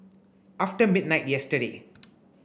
after midnight yesterday